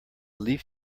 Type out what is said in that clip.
leaf